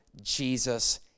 Jesus